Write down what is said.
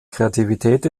kreativität